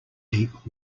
deep